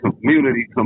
community